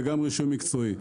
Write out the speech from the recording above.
וגם רישום מקצועי.